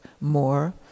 more